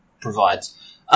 provides